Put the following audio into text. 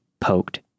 poked